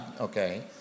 okay